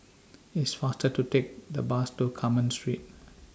It's faster to Take The Bus to Carmen Street